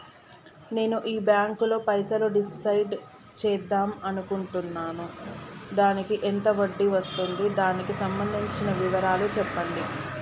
నేను ఈ బ్యాంకులో పైసలు డిసైడ్ చేద్దాం అనుకుంటున్నాను దానికి ఎంత వడ్డీ వస్తుంది దానికి సంబంధించిన వివరాలు చెప్పండి?